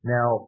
Now